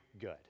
good